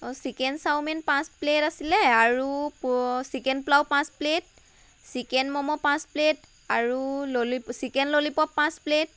chicken chowmein পাঁচ plate আছিলে আৰু চিকেন পোলাও পাঁচ প্লেট চিকেন ম'ম' পাঁচ প্লেট আৰু ল চিকেন ললীপপ পাঁচ প্লেট